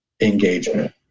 engagement